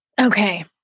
Okay